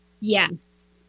Yes